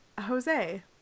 jose